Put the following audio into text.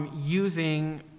using